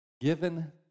given